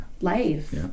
life